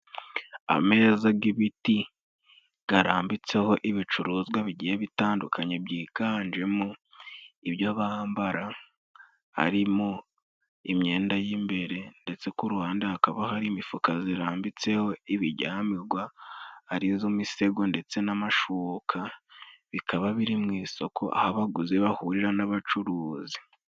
Ameza g'ibiti garambitseho ibicuruzwa bigiye bitandukanye, byiganjemo ibyo bambara harimo imyenda y'imbere ndetse ku ruhande hakaba hari imifuka zirambitseho ibijyamigwa, ari izo misego ndetse n'amashuka, bikaba biri mu isoko aho abaguzi bahurira n'abacuruzi.